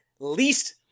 least –